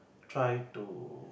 try to